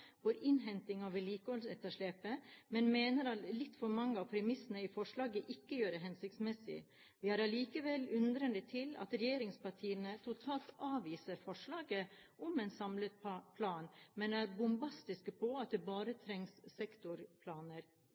for innhenting av vedlikeholdsetterslepet, men mener at litt for mange av premissene i forslaget ikke gjør det hensiktsmessig. Vi er likevel undrende til at regjeringspartiene totalt avviser forslaget om en samlet plan, men er bombastiske på at det bare trengs sektorplaner.